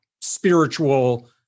spiritual